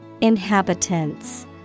Inhabitants